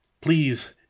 Please